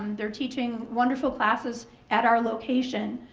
um they're teaching wonderful classes at our location.